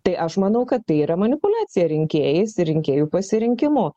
tai aš manau kad tai yra manipuliacija rinkėjais ir rinkėjų pasirinkimu